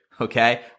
okay